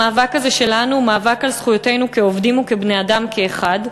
המאבק הזה שלנו הוא מאבק על זכויותינו כעובדים וכבני-אדם כאחד.